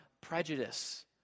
prejudice